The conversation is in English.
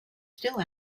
still